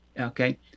okay